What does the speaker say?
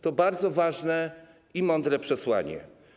To bardzo ważne i mądre przesłanie.